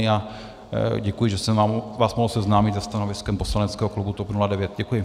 A děkuji, že jsem vás mohl seznámit se stanoviskem poslaneckého klubu TOP 09. Děkuji.